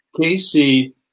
Casey